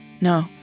No